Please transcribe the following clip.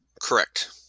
Correct